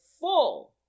full